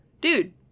Dude